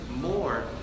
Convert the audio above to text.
more